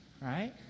Right